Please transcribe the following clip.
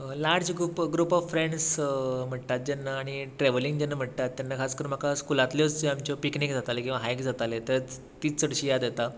लाड जी group of friends म्हणटात जेन्ना आनी ट्रेवलिंग जेन्ना म्हणटात तेन्ना खास करून म्हाका स्कुलांतल्योच आमच्यो पिकनिक जाताली किंवा हायक जाताले तेंच तीच चडशी याद येतां